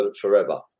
forever